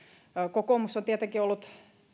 kokoomus on tietenkin ollut